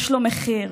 יש לכך מחיר.